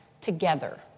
together